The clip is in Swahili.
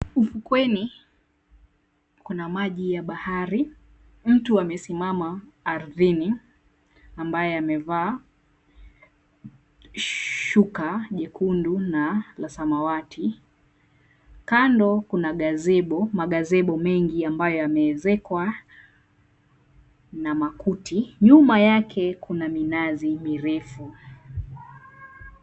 Ufukweni kuna maji ya bahari. Mtu amesimama ardhini ambaye amevaa shuka jekundu na la samawati. Kando kuna magazebo mengi ambayo yameezekwa na makuti. Nyuma yake kuna minazi mirefu.